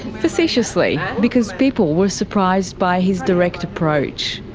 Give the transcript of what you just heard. facetiously, because people were surprised by his direct approach.